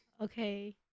okay